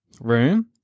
room